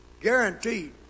guaranteed